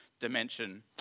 dimension